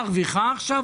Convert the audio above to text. אתה לא חייב להסכים איתי.